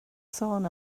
sôn